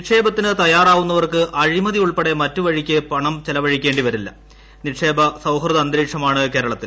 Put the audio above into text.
നിക്ഷേപത്തിന് തയ്യാറാവുന്നവർക്ക് അഴിമതി ഉൾപ്പെടെ മറ്റുവഴിക്ക് പണം ചെലവഴിക്കേണ്ടിവരില്ലു നിക്ഷേപ സൌഹൃദ അന്തരീക്ഷമാണ് കേരളത്തിൽ